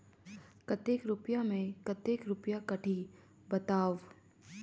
कतेक रुपिया मे कतेक रुपिया कटही बताव?